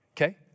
Okay